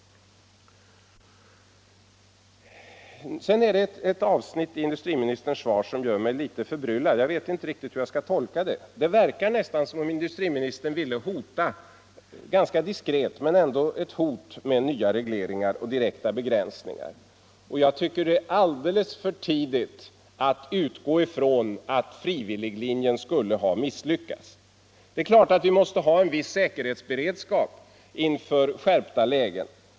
Sedan är det ett avsnitt i industriministerns svar som gör mig litet förbryllad. Jag vet inte riktigt hur jag skall tolka det. Det verkar nästan som om industriministern ville hota — visserligen ganska diskret — med nya regleringar och direkta begränsningar. Jag tycker att det är alldeles för tidigt att utgå ifrån att frivilliglinjen skulle ha misslyckats. Det är klart att vi måste ha en viss säkerhetsberedskap inför skärpta lägen.